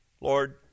Lord